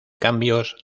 cambios